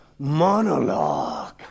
monologue